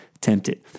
tempted